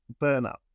burnout